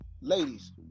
Ladies